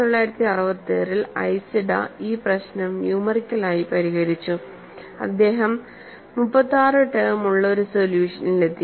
1966 ൽ ഐസിഡ ഈ പ്രശ്നം ന്യുമേറിക്കൽ ആയി പരിഹരിച്ചു അദ്ദേഹം 36 ടെം ഉള്ള ഒരു സൊല്യൂഷനിലെത്തി